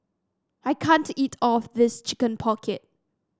I can't eat of this Chicken Pocket